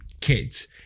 kids